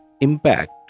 impact